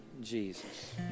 Jesus